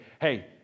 hey